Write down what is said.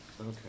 Okay